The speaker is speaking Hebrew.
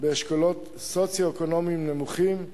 באשכולות סוציו-אקונומיים נמוכים,